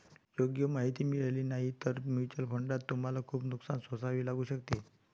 योग्य माहिती मिळाली नाही तर म्युच्युअल फंडात तुम्हाला खूप नुकसान सोसावे लागू शकते